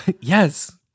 Yes